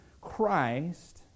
Christ